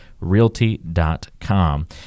realty.com